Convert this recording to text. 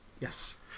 Yes